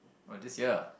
oh this year